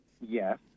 yes